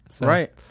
Right